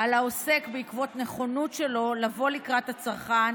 על העוסק בעקבות נכונות שלו לבוא לקראת הצרכן